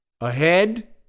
Ahead